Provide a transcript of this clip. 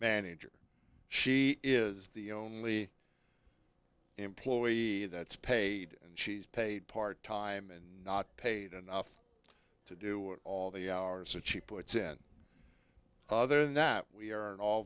manager she is the only employee that's paid and she's paid part time and not paid enough to do all the hours are cheap puts in other than that we are a